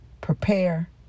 prepare